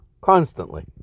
constantly